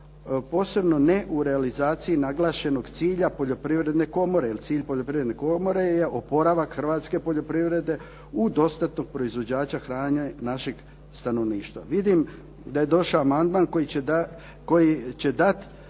posebno ne u realizaciji naglašenog cilja Poljoprivredne komore jer cilj Poljoprivredne komore je oporavak hrvatske poljoprivrede u dostatnog proizvođača hrane našeg stanovništva. Vidim da je došao amandman koji govori